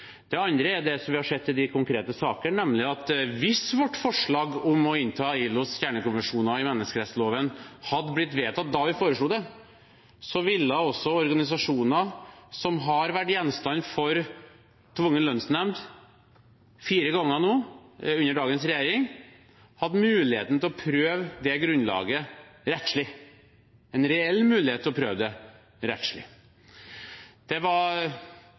Det andre er det vi har sett i de konkrete sakene, nemlig at hvis vårt forslag om å innta ILOs kjernekonvensjoner i menneskerettsloven hadde blitt vedtatt da vi foreslo det, ville også organisasjonene som har vært gjenstand for tvungen lønnsnemnd fire ganger nå under dagens regjering, hatt muligheten til å prøve det grunnlaget rettslig – en reell mulighet til å prøve det rettslig. Det var